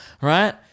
right